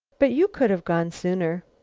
but you could have gone sooner?